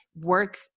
work